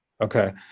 okay